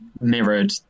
mirrored